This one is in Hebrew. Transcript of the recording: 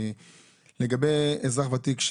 לגבי אזרח ותיק,